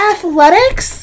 Athletics